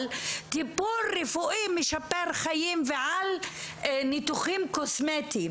טיפול רפואי משפר חיים ועל ניתוחים קוסמטיים